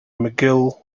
mcgill